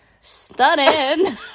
stunning